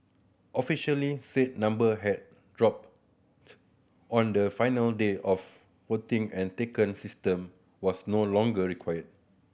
officially said number had dropped on the final day of voting and taken system was no longer required